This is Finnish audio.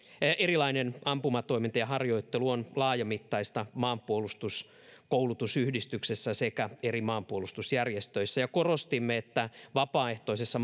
erilainen ampumatoiminta ja harjoittelu on laajamittaista maanpuolustuskoulutusyhdistyksessä sekä eri maanpuolustusjärjestöissä ja korostimme että vapaaehtoisessa